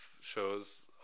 shows